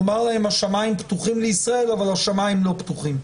נאמר להם שהשמיים פתוחים לישראל אבל השמיים לא פתוחים.